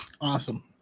Awesome